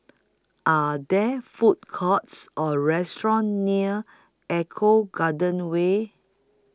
Are There Food Courts Or restaurants near Eco Garden Way